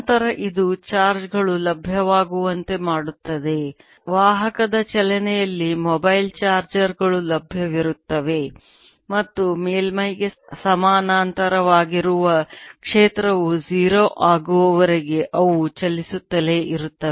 ನಂತರ ಇದು ಚಾರ್ಜ್ ಗಳು ಲಭ್ಯವಾಗುವಂತೆ ಮಾಡುತ್ತದೆ ವಾಹಕದ ಚಲನೆಯಲ್ಲಿ ಮೊಬೈಲ್ ಚಾರ್ಜರ್ ಗಳು ಲಭ್ಯವಿರುತ್ತವೆ ಮತ್ತು ಮೇಲ್ಮೈಗೆ ಸಮಾನಾಂತರವಾಗಿರುವ ಕ್ಷೇತ್ರವು 0 ಆಗುವವರೆಗೆ ಅವು ಚಲಿಸುತ್ತಲೇ ಇರುತ್ತವೆ